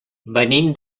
venim